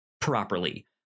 properly